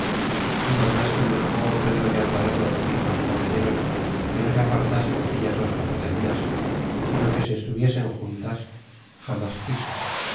é por mas que le rogó pedro de alvarado y otros caballeros que no se apartasen aquellas dos capitanías sino que se estuviesen juntas jamas quiso